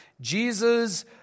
Jesus